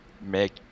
make